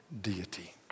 deity